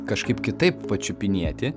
kažkaip kitaip pačiupinėti